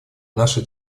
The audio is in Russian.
наша